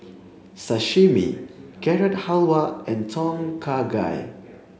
sashimi Carrot Halwa and Tom Kha Gai